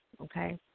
okay